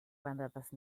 bandadas